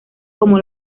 como